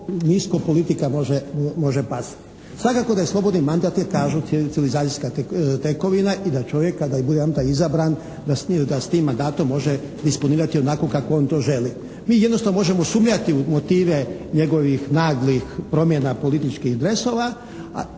nisko politika može pasti. Svakako da je slobodni mandat je kažu civilizacijska tekovina i da čovjek kada bude jedanputa izabran da s tim mandatom može … /Ne razumije se./ … onako kako on to želi. Mi jednostavno možemo sumnjati u motive njegovih naglih promjena političkih dresova,